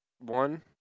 one